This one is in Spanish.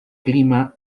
clima